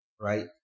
right